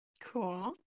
Cool